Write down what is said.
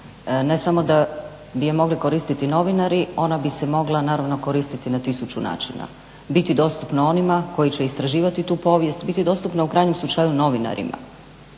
Ne samo da bi je mogli koristiti novinari. Ona bi se mogla naravno koristiti na tisuću načina, biti dostupna onima koji će istraživati tu povijest, biti dostupna u krajnjem slučaju novinarima.